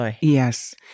Yes